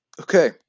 Okay